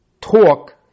talk